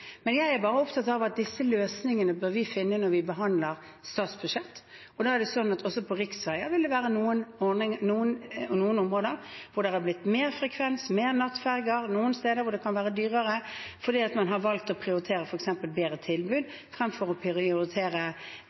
men jeg er opptatt av at disse løsningene bør vi finne når vi behandler statsbudsjettet. Også på riksveier vil det være noen områder der det er blitt større frekvens, f.eks. flere nattferjer, og noen steder hvor det har blitt dyrere fordi man har valgt å prioritere bedre tilbud fremfor å prioritere